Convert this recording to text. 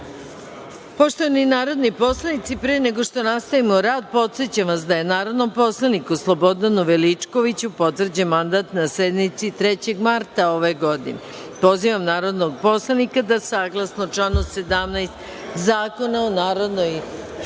poslanika. Poštovani narodni poslanici, pre nego što nastavimo rad, podsećam vas da je narodnom poslaniku Slobodanu Veličkoviću potvrđen mandat na sednici 3. marta ove godine. Pozivam narodnog poslanika da, saglasno članu 17. Zakona o Narodnoj skupštini,